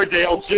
Dale